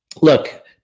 look